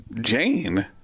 Jane